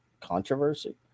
Controversy